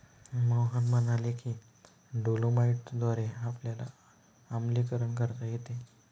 मोहन म्हणाले की डोलोमाईटद्वारे आपल्याला आम्लीकरण करता येते